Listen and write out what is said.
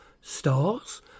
stars